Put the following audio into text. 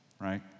right